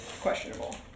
questionable